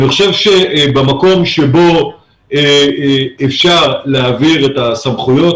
אני חושב שבמקום שבו אפשר להעביר את הסמכויות,